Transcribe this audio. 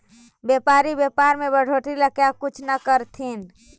व्यापारी व्यापार में बढ़ोतरी ला क्या कुछ न करथिन